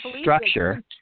structure